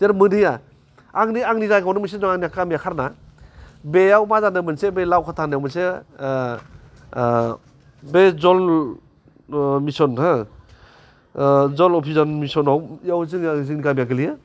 जेर मोनहैया आंनि आंनि जायगायावनो मोनसे दं आंना गामिया खारना बेयाव मा जादों मोनसे लाव खान्था होन्नायाव मोनसे बे जल मिसन हो जल अभिजान मिसनाव इयाव जोंनि गामिया गोलैयो